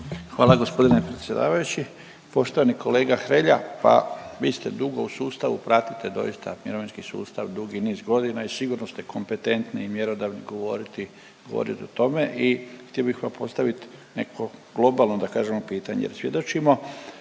Hvala g. predsjedavajući. Poštovani kolega Hrelja, pa vi ste dugo u sustavu, pratite doista mirovinski sustav dugi niz godina i sigurno ste kompetentni i mjerodavni govoriti, govorit o tome i htio bi vam postavit neko globalno da kažemo pitanje jer svjedočimo